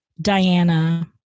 diana